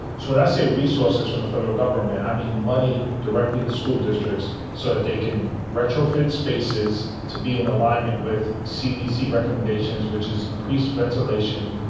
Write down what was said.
so when i say resources from the federal government, i mean money directly to school districts so that they can retrofit spaces to be in alignment with cdc recommendations which is increased ventilation,